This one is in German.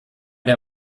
der